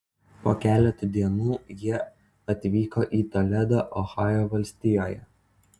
po keleto dienų jie atvyko į toledą ohajo valstijoje